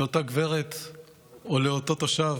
לאותה גברת או לאותו תושב